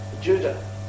Judah